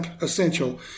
essential